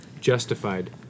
Justified